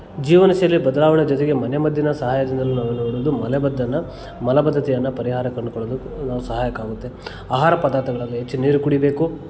ಜೀವನ ಶೈಲಿ ಬದಲಾವಣೆ ಜೊತೆಗೆ ಮನೆ ಮದ್ದಿನ ಸಹಾಯದಿಂದಲೂ ನಾವು ನೋಡುವುದು ಮೊಲೆಬದ್ದನ್ನು ಮಲಬದ್ಧತೆಯನ್ನು ಪರಿಹಾರ ಕಂಡ್ಕೊಳ್ಳೊದು ಸಹಾಯಕ ಆಗುತ್ತೆ ಆಹಾರ ಪದ್ಧತಿಗಳಲ್ಲಿ ಹೆಚ್ಚು ನೀರು ಕುಡಿಬೇಕು